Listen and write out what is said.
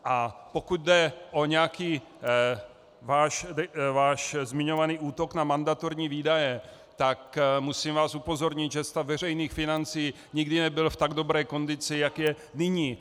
A pokud jde o nějaký váš zmiňovaný útok na mandatorní výdaje, tak musím vás upozornit, že stav veřejných financí nikdy nebyl v tak dobré kondici, jak je nyní.